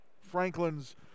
Franklin's